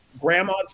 grandma's